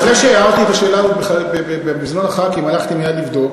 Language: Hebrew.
כמעט שלא לומדים,